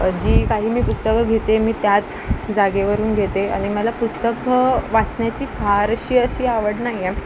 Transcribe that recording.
जी काही मी पुस्तकं घेते मी त्याच जागेवरून घेते आणि मला पुस्तकं वाचण्याची फार अशी अशी आवड नाही आहे